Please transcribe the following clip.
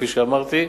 כפי שאמרתי,